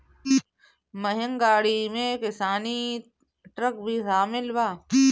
महँग गाड़ी में किसानी ट्रक भी शामिल बा